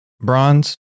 bronze